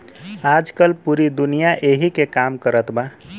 आजकल पूरी दुनिया ऐही से काम कारत बा